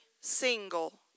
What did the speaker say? single